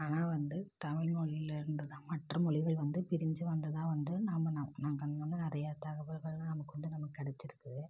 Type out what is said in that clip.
ஆனால் வந்து தமிழ் மொழிலேயிருந்து தான் மற்ற மொழிகள் வந்து பிரிஞ்சு வந்ததாக வந்து நம்ப நா நா கண் முன்னே நிறையா தகவல்கள் நமக்கு வந்து நமக்கு கிடச்சிருக்கு